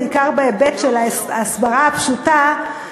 בעיקר בהיבט של ההסברה הפשוטה,